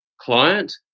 client